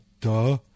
Duh